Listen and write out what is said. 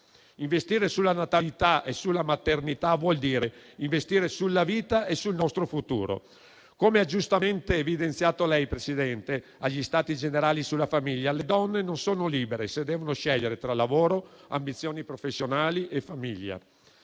Investire sulla natalità e sulla maternità vuol dire investire sulla vita e sul nostro futuro. Come ha giustamente evidenziato lei, Presidente, agli stati generali sulla famiglia, le donne non sono libere, se devono scegliere tra lavoro, ambizioni professionali e famiglia.